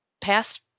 past